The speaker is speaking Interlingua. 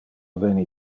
veni